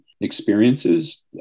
experiences